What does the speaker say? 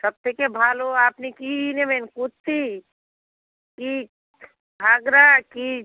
সব থেকে ভালো আপনি কী নেবেন কুর্তি কী ঘাঘরা কী